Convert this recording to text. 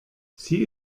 sie